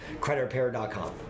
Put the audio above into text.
creditrepair.com